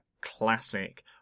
classic